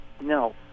No